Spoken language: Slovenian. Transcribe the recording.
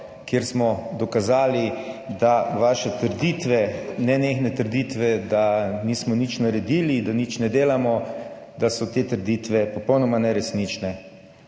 kjer smo dokazali, da vaše trditve, nenehne trditve, da nismo nič naredili, da nič ne delamo, da so te trditve popolnoma neresnične.